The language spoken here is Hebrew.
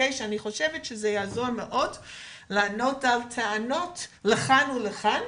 שאני חושבת שזה יעזור מאוד לענות על טענות לכאן ולכאן.